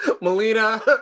Melina